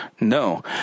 No